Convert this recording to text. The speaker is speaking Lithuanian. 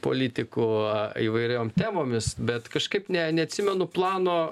politikų įvairiom temomis bet kažkaip ne neatsimenu plano